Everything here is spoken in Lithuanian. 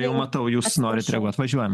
jau matau jūs norit važiuojam